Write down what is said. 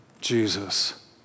Jesus